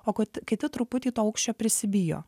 o kad kiti truputį to aukščio prisibijo